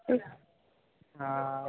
हांं